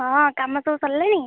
ହଁ କାମ ସବୁ ସରିଲାଣି